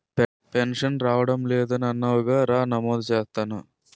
pension రావడం లేదని అన్నావుగా రా నమోదు చేస్తాను